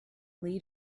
lead